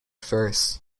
first